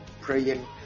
praying